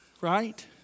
Right